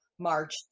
March